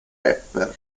rapper